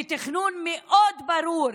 ותכנון מאוד ברור,